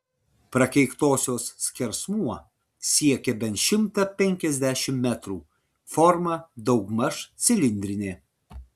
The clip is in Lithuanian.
prakeiktosios skersmuo siekia bent šimtą penkiasdešimt metrų forma daugmaž cilindrinė